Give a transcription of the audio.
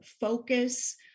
focus